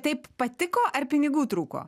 taip patiko ar pinigų trūko